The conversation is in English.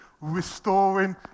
restoring